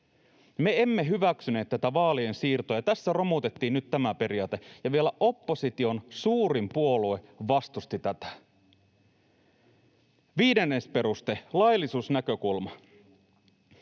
Me emme hyväksyneet tätä vaalien siirtoa, ja tässä romutettiin nyt tämä periaate. Ja vielä opposition suurin puolue vastusti tätä. Viides peruste: laillisuusnäkökulma.